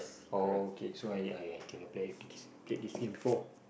oh okay so I I I think I played this game before